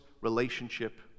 relationship